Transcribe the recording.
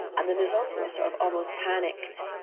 and there's also a sort of almost panicked!